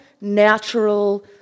natural